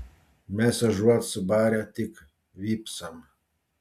mes užuot subarę tik vypsom